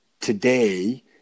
today